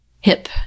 hip